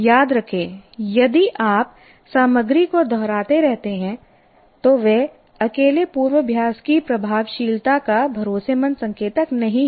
याद रखें यदि आप सामग्री को दोहराते रहते हैं तो वह अकेले पूर्वाभ्यास की प्रभावशीलता का भरोसेमंद संकेतक नहीं है